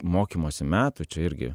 mokymosi metų čia irgi